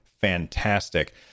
fantastic